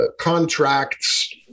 contracts